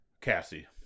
Cassie